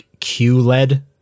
QLED